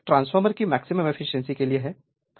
तो यह एक ट्रांसफार्मर की मैक्सिमम एफिशिएंसी के लिए है